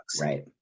Right